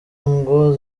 ngo